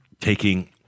taking